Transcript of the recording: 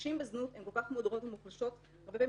נשים בזנות הן כל כך מודרות ומוחלשות הרבה פעמים,